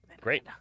great